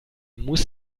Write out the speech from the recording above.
muss